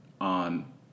on